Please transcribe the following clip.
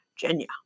Virginia